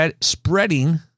spreading